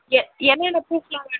எ என்ன என்ன ப்ரூஃப்லாம் வேணும் மேம்